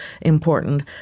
important